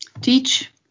teach